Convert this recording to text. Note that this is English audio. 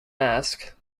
mask